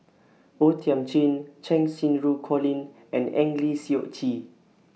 O Thiam Chin Cheng Xinru Colin and Eng Lee Seok Chee